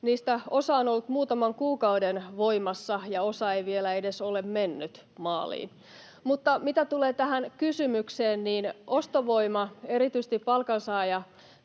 niistä osa on ollut muutaman kuukauden voimassa ja osa ei vielä edes ole mennyt maaliin. Mitä tulee tähän kysymykseen, niin ostovoima erityisesti palkansaajatalouksissa